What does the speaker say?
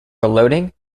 reloading